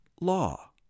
law